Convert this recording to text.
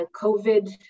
COVID